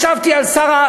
ישבתי על שר,